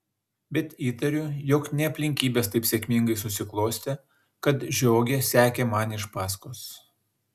bet įtariu jog ne aplinkybės taip sėkmingai susiklostė kad žiogė sekė man iš paskos